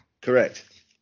correct